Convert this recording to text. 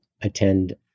attend